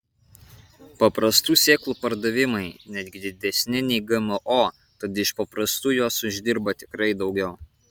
paprastų sėklų pardavimai netgi didesni nei gmo tad iš paprastų jos uždirba tikrai daugiau